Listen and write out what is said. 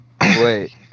wait